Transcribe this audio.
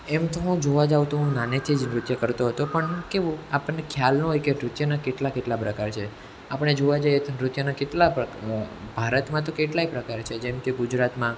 એમ તો હું જોવા જાઉં તો હું નાનેથી જ નૃત્ય કરતો હતો પણ કેવું આપણને ખ્યાલ ન હોય કે નૃત્યના કેટલા કેટલા પ્રકાર છે આપણે જોવા જઈએ તો નૃત્યના કેટલા પ્ર ભારતમાં તો કેટલાય પ્રકાર છે જેમ કે ગુજરાતમાં